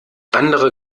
andere